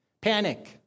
Panic